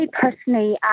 personally